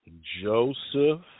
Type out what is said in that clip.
Joseph